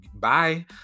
bye